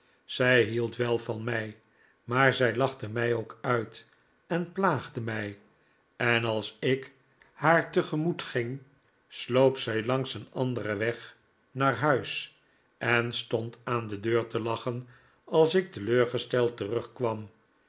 zij hield wel van mij maar zij lachte mij ook uit en plaagde mij en als ik haar tegemoet ging sloop zij langs een anderen weg naar huis en stond aan de deur te lachen als ik teleurgesteld terugkwam